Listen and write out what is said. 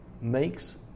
Makes